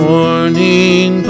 Morning